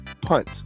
Punt